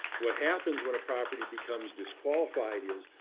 what happens when a property becomes disqualified is,